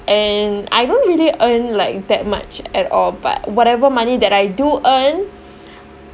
and I don't really earn like that much at all but whatever money that I do earn